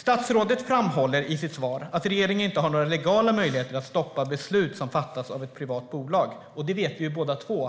Statsrådet framhåller i sitt svar att regeringen inte har några legala möjligheter att stoppa beslut som fattats av ett privat bolag, och det vet vi ju båda två